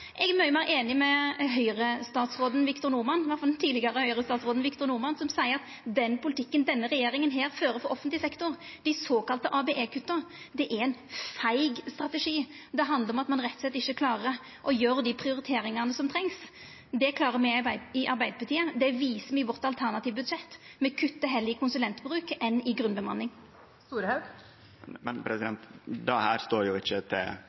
Eg er mykje meir eining med den tidlegare Høgre-statsråden Victor Norman, som seier at den politikken denne regjeringa fører for offentleg sektor, dei såkalla ABE-kutta, er ein feig strategi. Det handlar om at ein rett og slett ikkje klarer å gjera dei prioriteringane som trengst. Det klarer me i Arbeidarpartiet. Det viser me i vårt alternative budsjett. Me kuttar heller i konsulentbruk enn i grunnbemanning. Men det står jo ikkje til